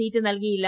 seat നൽകിയില്ല